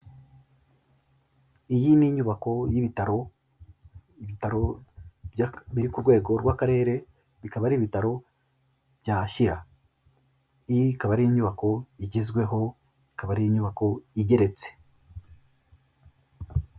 Iyi ni inyubako y'ibitaro, ibitaro biri ku rwego rw'akarere, bikaba ari ibitaro bya Shyira, iyi ikaba ari inyubako igezweho, ikaba ari inyubako igeretse.